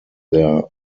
their